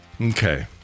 Okay